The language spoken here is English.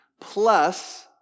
plus